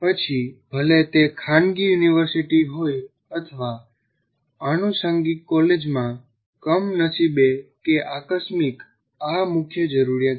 પછી ભલે તે ખાનગી યુનિવર્સિટી હોય અથવા આનુષંગિક કોલેજમાં કમનસીબે કે આકસ્મિક આ મુખ્ય જરૂરિયાત છે